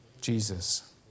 Jesus